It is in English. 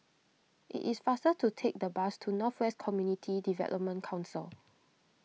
it is faster to take the bus to North West Community Development Council